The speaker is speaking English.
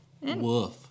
Woof